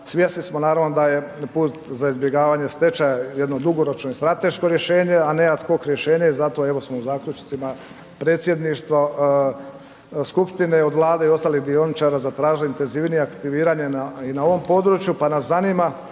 Svjesni smo naravno da je put za izbjegavanje stečaja jedno dugoročno i strateško rješenje a ne ad hoc rješenje i zato evo smo u zaključcima predsjedništva skupštine od Vlade i ostalih dioničara zatražili intenzivnije aktiviranje i na ovom području. Pa nas zanima